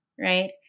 right